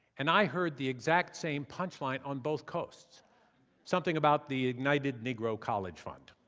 and i heard the exact same punchline on both coasts something about the ignited negro college fund.